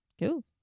cool